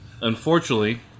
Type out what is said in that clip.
Unfortunately